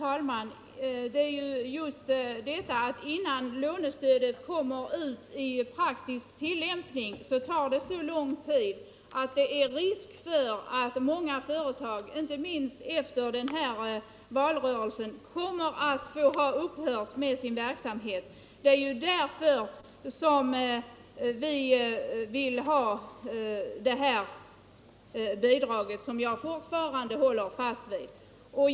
Herr talman! Innan lånestödet kommer i praktisk tillämpning går så lång tid att det är risk för att många företag, inte minst efter resultatet av avtalsrörelsen, kommer att ha fått upphöra med sin verksamhet. Det är därför vi har lagt vårt förslag om det här bidraget, som jag fortfarande håller fast vid.